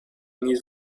need